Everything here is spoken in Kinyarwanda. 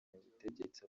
ubutegetsi